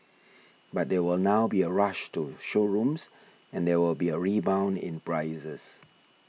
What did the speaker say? but there will now be a rush to showrooms and there will be a rebound in prices